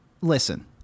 listen